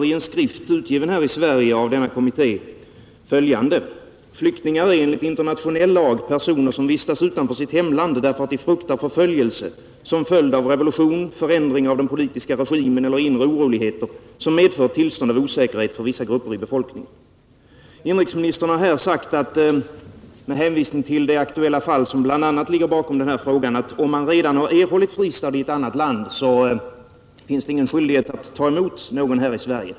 I en skrift utgiven här i Sverige av denna kommitté heter det: ” Flyktingar är enligt internationell lag personer som vistas utanför sitt hemland därför att de fruktar förföljelse som en följd av revolution, en förändring av den politiska regimen eller inre oroligheter, som medför ett tillstånd av osäkerhet för vissa grupper i befolkningen.” Inrikesministern har här med hänvisning till det aktuella fall som bl.a. ligger bakom denna fråga sagt att om man redan erhållit fristad i ett annat land, finns det ingen skyldighet att ta emot någon här i Sverige.